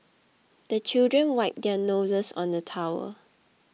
the children wipe their noses on the towel